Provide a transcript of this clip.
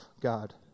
God